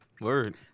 Word